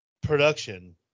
production